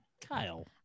Kyle